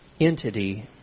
entity